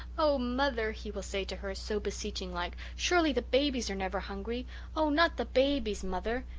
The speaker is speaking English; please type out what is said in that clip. oh, mother he will say to her, so beseeching-like, surely the babies are never hungry oh, not the babies, mother!